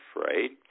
afraid